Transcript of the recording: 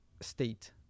state